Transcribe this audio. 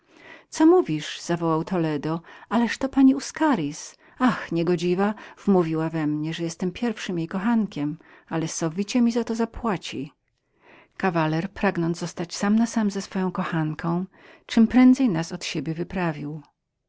co mówisz zawołał toledo to jest pani uscaritz ach niegodziwa wmówiła we mnie że byłem pierwszym jej kochankiem ale sowicie mi to zapłaci kawaler pragnąc zostać sam na sam z swoją kochanką czemprędzej nas od siebie wyprawił